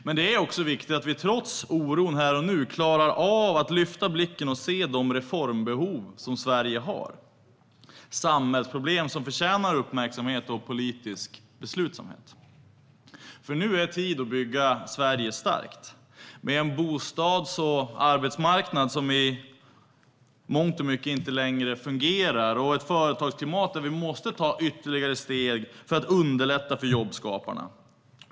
Men det är också viktigt att vi trots oron här och nu klarar av att lyfta blicken och se de reformbehov som Sverige har i fråga om samhällsproblem som förtjänar uppmärksamhet och politisk beslutsamhet. Nu är tid att bygga Sverige starkt med en bostads och arbetsmarknad som i mångt och mycket inte längre fungerar och ett företagsklimat där vi måste ta ytterligare steg för att underlätta för jobbskaparna.